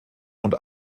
und